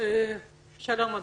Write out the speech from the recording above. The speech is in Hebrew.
שלום אדוני.